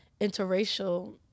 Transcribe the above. interracial